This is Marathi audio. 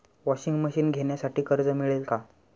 वॉशिंग मशीन घेण्यासाठी कर्ज मिळेल का?